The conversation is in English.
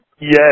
Yes